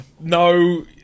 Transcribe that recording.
No